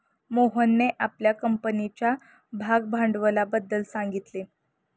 मोहनने आपल्या कंपनीच्या भागभांडवलाबद्दल सांगितले